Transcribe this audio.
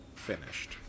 Finished